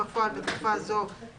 אדוני, בטוח שאתה לא מתכוון לזה.